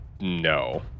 no